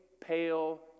pale